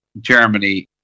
Germany